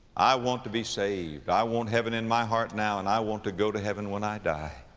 i want to be saved. i want heaven in my heart now, and i want to go to heaven when i die.